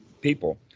people